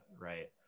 right